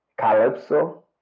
calypso